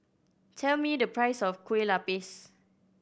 tell me the price of Kueh Lapis